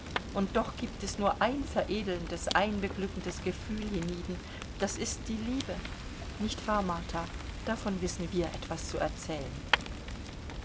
und doch gibt es nur ein veredelndes ein beglückendes gefühl hienieden das ist die liebe nicht wahr martha davon wissen wir etwas zu erzählen